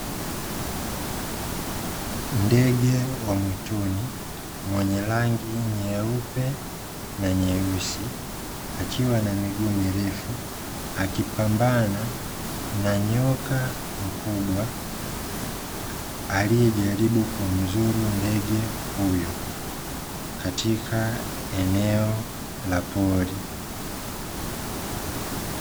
Ndege wa mwituni mwenye rangi nyeupe na nyeusi, akiwa na miguu mirefu, akipambana na nyoka mkubwa aliyejaribu kumdhuru ndege huyo katika eneo la pori.